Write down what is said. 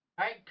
right